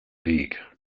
league